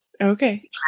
Okay